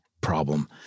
problem